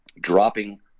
dropping